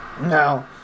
No